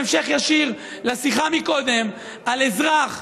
בהמשך ישיר לשיחה מקודם על אזרח,